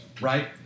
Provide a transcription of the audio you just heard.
right